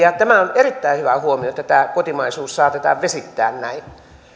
ja tämä on erittäin hyvä huomio että tämä kotimaisuus saatetaan vesittää näin